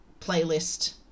playlist